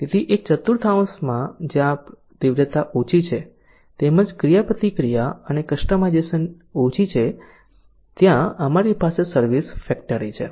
તેથી એક ચતુર્થાંશમાં જ્યાં તીવ્રતા ઓછી છે તેમજ ક્રિયાપ્રતિક્રિયા અને કસ્ટમાઇઝેશન ઓછી છે ત્યાં અમારી પાસે સર્વિસ ફેક્ટરી છે